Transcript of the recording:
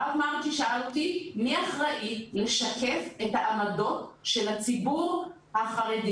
הרב מרגי שאל אותי 'מי אחראי לשקף את העמדות של הציבור החרדי'.